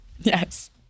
Yes